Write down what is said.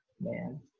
man